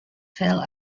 fell